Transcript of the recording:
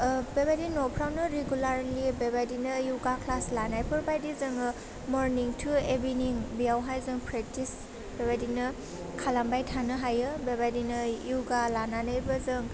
ओह बेबायदि न'फ्रावनो रिगुलारलि बेबादिनो यगा क्लास लानायफोर बायदि जोङो मर्निं टु इभेनिं बेयावहाय जों प्रक्टिस बेबादिनो खालामबाय थानो हायो बेबायदिनै यगा लानानैबो जों